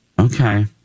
Okay